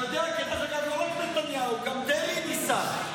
אתה יודע, דרך אגב, לא רק נתניהו, גם דרעי ניסה,